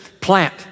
plant